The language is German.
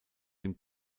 dem